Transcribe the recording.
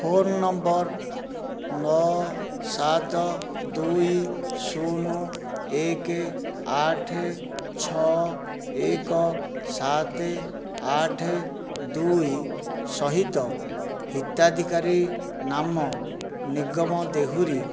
phone number ନଅ ସାତ ଦୁଇ ଶୂନ ଏକ ଆଠ ଛଅ ଏକ ସାତ ଆଠ ଦୁଇ ସହିତ ହିତାଧିକାରୀ ନାମ ନିଗମ ଦେହୁରୀ